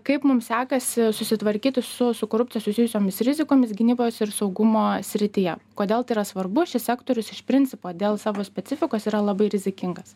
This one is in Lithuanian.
kaip mum sekasi susitvarkyti su su korupcija susijusiomis rizikomis gynybos ir saugumo srityje kodėl tai yra svarbus šis sektorius iš principo dėl savo specifikos yra labai rizikingas